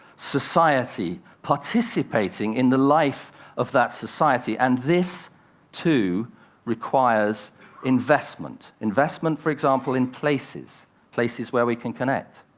society, participating in the life of that society. and this too requires investment, investment for example, in places places where we can connect,